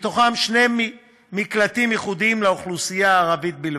בהם שני מקלטים ייחודיים לאוכלוסייה הערבית בלבד.